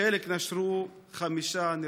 חלק נשרו, חמישה נרצחו.